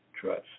trust